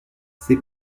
c’est